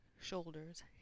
shoulders